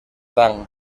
tang